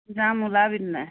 যাম ওলাবি তেনে